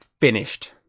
finished